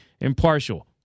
impartial